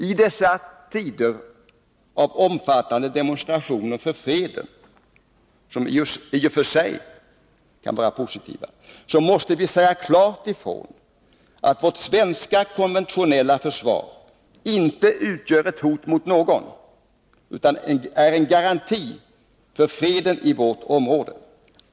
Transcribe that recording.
I dessa tider av omfattande demonstrationer för freden, som i och för sig kan vara positiva, måste vi säga klart ifrån att vårt svenska konventionella försvar inte utgör ett hot mot någon, utan är en garanti för freden i vårt område.